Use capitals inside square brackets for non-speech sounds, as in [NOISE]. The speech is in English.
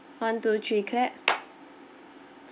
one two three clap [NOISE]